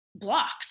blocks